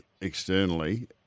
externally